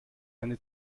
eine